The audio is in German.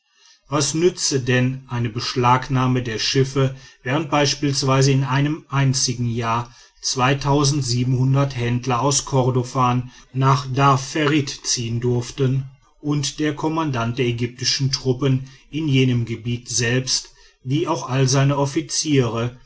was nütze denn eine beschlagnahme der schiffe während beispielsweise in einem einzigen jahre händler aus kordofan nach dar fertit ziehen durften und der kommandant der ägyptischen truppen in jenem gebiet selbst wie auch alle seine offiziere